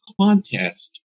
contest